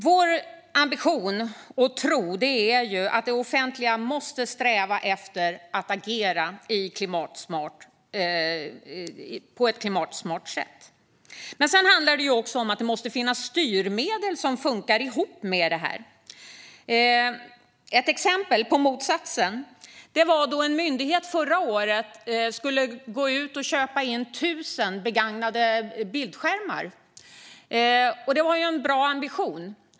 Vår ambition och tro är att det offentliga måste sträva efter att agera på ett klimatsmart sätt. Sedan handlar det också om att det måste finnas styrmedel som funkar ihop med detta. Ett exempel på motsatsen var då en myndighet förra året skulle köpa in 1 000 begagnade bildskärmar. Det var ju en bra ambition.